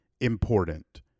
important